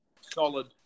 solid